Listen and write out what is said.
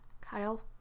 Kyle